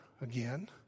again